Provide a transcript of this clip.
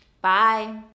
Bye